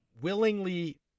willingly